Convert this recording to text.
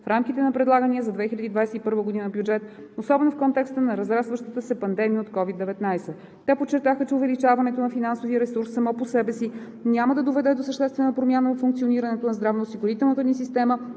в рамките на предлагания за 2021 г. бюджет, особено в контекста на разрастващата се пандемия от COVID-19. Те подчертаха, че увеличаването на финансовия ресурс само по себе си няма да доведе до съществена промяна във функционирането на здравноосигурителната ни система